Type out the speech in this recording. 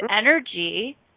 energy